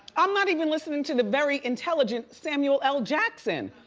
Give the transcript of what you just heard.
i'm not even listening to the very intelligent samuel l. jackson.